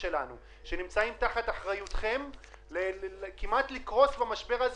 שלנו ונמצאים תחת אחריותכם כמעט לקרוס במשבר הזה.